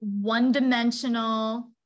one-dimensional